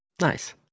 Nice